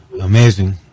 Amazing